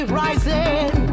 rising